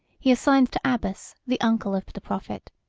he assigned to abbas, the uncle of the prophet,